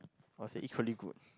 was equally good